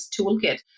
toolkit